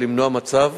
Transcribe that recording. ולמנוע מצב